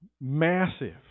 massive